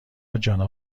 جانا